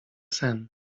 sen